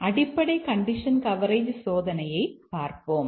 அடிப்படை condition coverage சோதனையைப் பார்ப்போம்